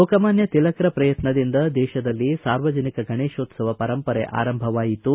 ಲೋಕಮಾನ್ಯ ತಿಲಕ್ರ ಪ್ರಯತ್ನದಿಂದ ದೇಶದಲ್ಲಿ ಸಾರ್ವಜನಿಕ ಗಣೇಶ ಉತ್ತವ ಪರಂಪರೆ ಆರಂಭವಾಯಿತು